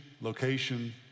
location